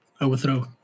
overthrow